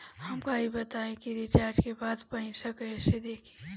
हमका ई बताई कि रिचार्ज के बाद पइसा कईसे देखी?